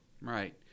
Right